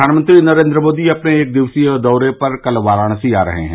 प्रधानमंत्री नरेन्द्र मोदी अपने एक दिवसीय दौरे पर कल बाराणसी आ रहे हैं